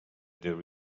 there